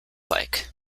like